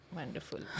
wonderful